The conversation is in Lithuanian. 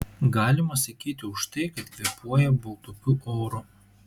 galima sakyti už tai kad kvėpuoja baltupių oru